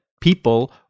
people